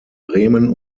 bremen